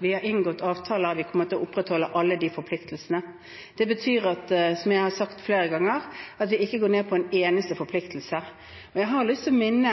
har inngått avtaler, vi kommer til å opprettholde alle de forpliktelsene. Det betyr, som jeg har sagt flere ganger, at vi ikke går ned på en eneste forpliktelse. Jeg har lyst til å minne